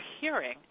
hearing